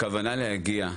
הכוונה להגיע,